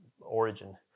origin